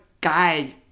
guide